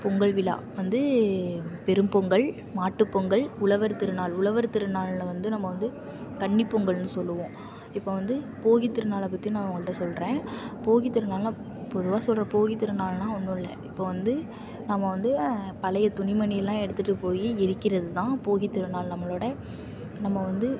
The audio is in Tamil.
பொங்கல் விழா வந்து பெரும்பொங்கல் மாட்டுப்பொங்கல் உழவர் திருநாள் உழவர் திருநாள்ல வந்து நம்ம வந்து கன்னிப்பொங்கல்ன்னு சொல்லுவோம் இப்போ வந்து போகித்திருநாளைப்பத்தி நான் உங்கள்கிட்ட சொல்கிறேன் போகித்திருநாள்னால் பொதுவாக சொல்கிறேன் போகித்திருநாள்னால் ஒன்னுமில்ல இப்போ வந்து நம்ம வந்து பழைய துணி மணிலாம் எடுத்துகிட்டு போய் எரிக்கிறதுதான் போகித்திருநாள் நம்மளோட நம்ம வந்து